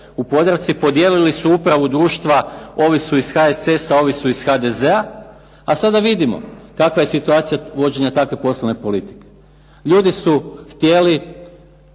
u Podravci, podijelili su upravu društva ovi su iz HSS-a ovi su iz HDZ-a, a sada vidimo kakva je situacija vođenja takve poslovne politike. Ljudi su htjeli